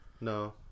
No